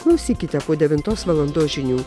klausykite po devintos valandos žinių